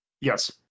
Yes